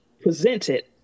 presented